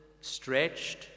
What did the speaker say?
stretched